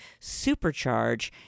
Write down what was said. supercharge